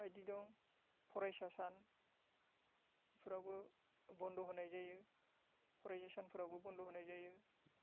बायदि दं फरायसा सान फोरावबो बन्द होनाय जायो फरायसा सानफोरावबो बन्द होनाय जायो